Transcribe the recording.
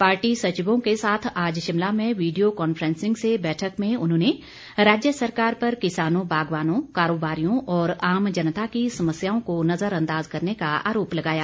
party सचिवों के साथ आज शिमला में वीडियो कांफ्रेंसिंग से बैठक में उन्होंने राज्य सरकार पर किसानों बागवानों कारोबारियों और आम जनता की समस्याओं को नजरअंदाज करने का आरोप लगाया